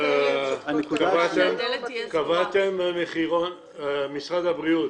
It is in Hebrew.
האלה שותקות כרגע --- משרד הבריאות,